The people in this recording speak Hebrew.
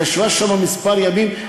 ישבה שם כמה ימים,